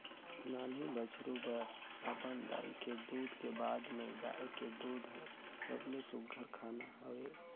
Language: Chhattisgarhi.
नान्हीं बछरु बर अपन दाई के दूद के बाद में गाय के दूद हर सबले सुग्घर खाना हवे